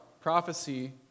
prophecy